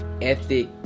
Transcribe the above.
ethic